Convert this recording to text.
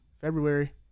February